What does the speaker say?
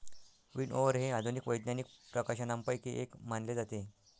विनओवर हे आधुनिक वैज्ञानिक प्रकाशनांपैकी एक मानले जाते